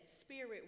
Spirit